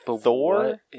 thor